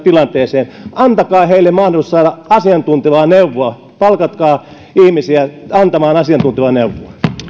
tilanteeseen antakaa heille mahdollisuus saada asiantuntevia neuvoja palkatkaa ihmisiä antamaan asiantuntevia neuvoja